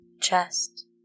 chest